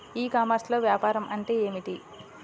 ఈ కామర్స్లో వ్యాపారం అంటే ఏమిటి?